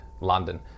London